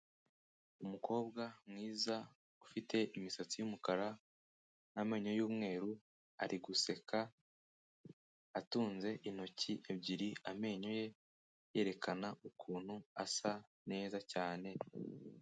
Umukobwa mwiza ufite imisatsi y'umukara n'amenyo y'umweru ari guseka atunze intoki ebyiri amenyo ye, yerekana ukuntu asa neza cyane.